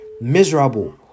miserable